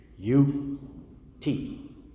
U-T